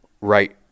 right